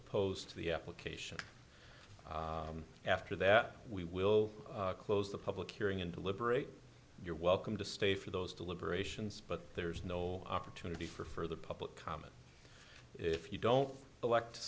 opposed to the application after that we will close the public hearing in deliberate you're welcome to stay for those deliberations but there is no opportunity for further public comment if you don't elect to